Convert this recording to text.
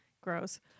gross